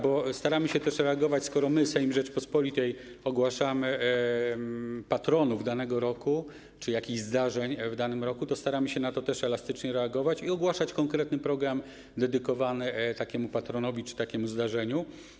Bo staramy się też reagować, skoro my, Sejm Rzeczypospolitej, ogłaszamy patronów danego roku czy jakichś zdarzeń w danym roku, to staramy się na to elastycznie reagować i ogłaszać konkretny program dedykowany takiemu patronowi czy takiemu zdarzeniu.